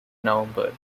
november